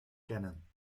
kennen